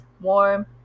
warm